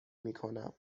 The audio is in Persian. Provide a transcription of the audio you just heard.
میکنم